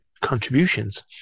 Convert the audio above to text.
contributions